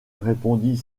répondit